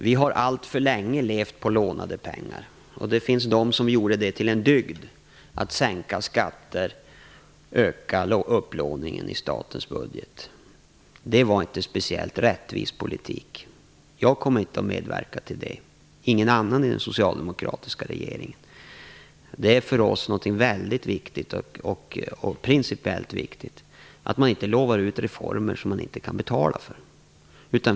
Vi har alltför länge levt på lånade pengar. Det finns de som gjorde det till en dygd att sänka skatter och öka upplåningen i statens budget. Det var inte en speciellt rättvis politik. Jag kommer inte att medverka till en sådan politik, och inte heller någon annan i den socialdemokratiska regeringen. Det är för oss principiellt viktigt att man inte utlovar reformer som man inte kan betala för.